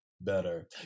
better